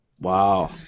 Wow